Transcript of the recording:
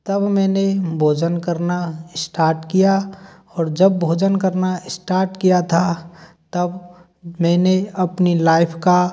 तब मैंने भोजन करना इश्टाट किया और जब भोजन करना इश्टाट किया था तब मैंने अपनी लाइफ़ का